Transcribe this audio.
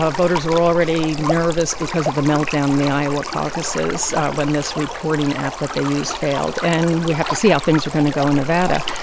ah voters were already nervous because of the meltdown in the iowa caucuses when this reporting app that they used failed. and we have to see how things are going to go in nevada.